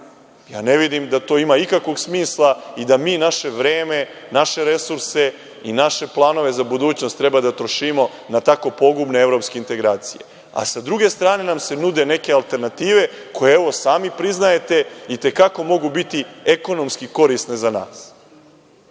ne vidim da to ima ikakvog smisla i da mi naše vreme, naše resurse i naše planove za budućnost treba da trošimo na tako pogubne evropske integracije. Sa druge strane nam se nude neke alternative koje sami priznajete i te kako mogu biti korisne za